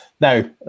Now